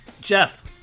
Jeff